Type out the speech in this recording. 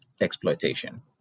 exploitation